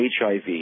HIV